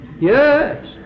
yes